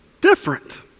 different